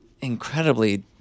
incredibly –